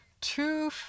two